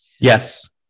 Yes